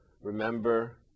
Remember